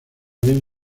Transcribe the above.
bien